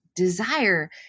desire